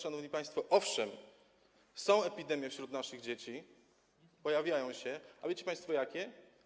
Szanowni państwo, owszem, są epidemie wśród naszych dzieci, pojawiają się, a wiecie państwo jakie?